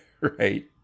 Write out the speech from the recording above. right